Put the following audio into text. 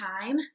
time